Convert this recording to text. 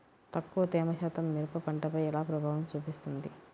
తక్కువ తేమ శాతం మిరప పంటపై ఎలా ప్రభావం చూపిస్తుంది?